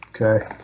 Okay